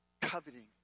Coveting